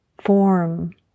form